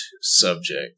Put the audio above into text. subject